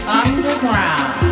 underground